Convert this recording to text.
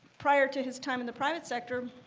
prior to his time in the private sector,